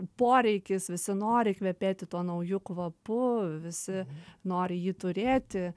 poreikis visi nori kvepėti tuo nauju kvapu visi nori jį turėti